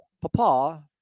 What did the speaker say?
Papa